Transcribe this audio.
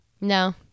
no